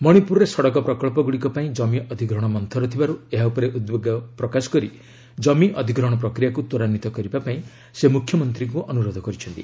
ମଣିପୁରରେ ସଡ଼କ ପ୍ରକ୍ସଗୁଡ଼ିକ ପାଇଁ ଜମି ଅଧିଗ୍ରହଣ ମନ୍ଥର ଥିବାରୁ ଏହା ଉପରେ ଉଦ୍ବେଗ ପ୍ରକାଶ କରି ଜମି ଅଧିଗ୍ରହଣ ପ୍ରକ୍ରିୟାକୁ ତ୍ୱରାନ୍ୱିତ କରିବାପାଇଁ ସେ ମୁଖ୍ୟମନ୍ତ୍ରୀଙ୍କୁ ଅନୁରୋଧ କରିଛନ୍ତି